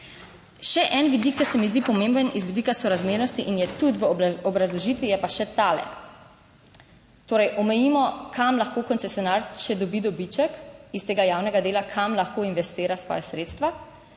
Še en vidik, ki se mi zdi pomemben z vidika sorazmernosti in je tudi v obrazložitvi je pa še tale. Torej, omejimo, kam lahko koncesionar, če dobi dobiček iz tega javnega dela, kam lahko investira svoja sredstva